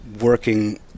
working –